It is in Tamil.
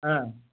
ஆ